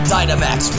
Dynamax